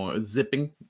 zipping